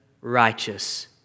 righteous